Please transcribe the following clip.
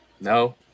no